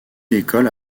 l’école